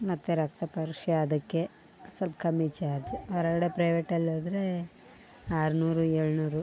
ಮತ್ತು ರಕ್ತ ಪರೀಕ್ಷೆ ಅದಕ್ಕೆ ಸ್ವಲ್ಪ್ ಕಮ್ಮಿ ಚಾರ್ಜ್ ಹೊರಗಡೆ ಪ್ರೈವೇಟಲ್ಲಿ ಹೋದರೆ ಆರ್ನೂರು ಏಳ್ನೂರು